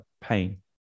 pain